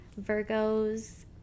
Virgos